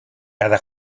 cada